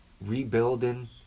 rebuilding